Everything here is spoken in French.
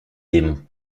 démon